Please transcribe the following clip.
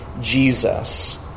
Jesus